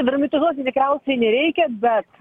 dramatizuoti tikriausiai nereikia bet